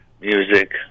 music